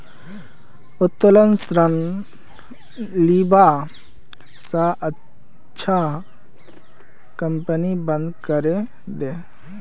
उत्तोलन ऋण लीबा स अच्छा कंपनी बंद करे दे